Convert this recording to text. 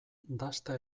dasta